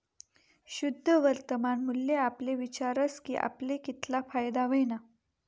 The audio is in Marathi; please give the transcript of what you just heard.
शुद्ध वर्तमान मूल्य आपले विचारस की आपले कितला फायदा व्हयना